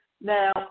now